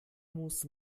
muss